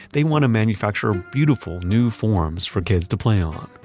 they want to manufacture ah beautiful new forms for kids to play on.